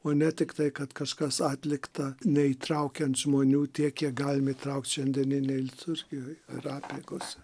o ne tiktai kad kažkas atlikta neįtraukiant žmonių tiek kiek galim įtraukt šiandieninėj liturgijoj ir apeigose